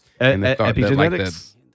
Epigenetics